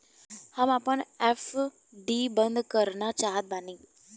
हम आपन एफ.डी बंद करना चाहत बानी